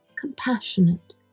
compassionate